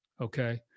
Okay